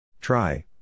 Try